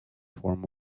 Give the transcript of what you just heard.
form